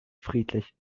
friedlich